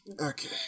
Okay